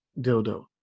dildo